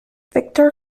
viktor